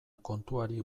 kontuari